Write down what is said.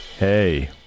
Hey